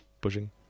pushing